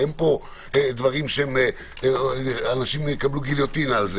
אין פה דברים שאנשים יקבלו עליהם גליוטינה,